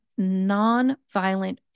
nonviolent